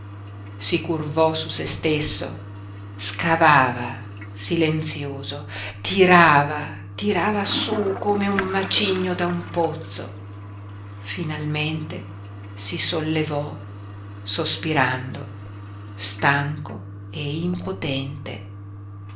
si curvò su se stesso scavava silenzioso tirava tirava su come un macigno da un pozzo finalmente si sollevò sospirando stanco e impotente